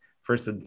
first